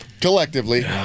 Collectively